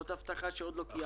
זאת הבטחה שעוד לא קיימת.